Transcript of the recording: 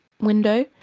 window